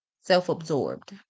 self-absorbed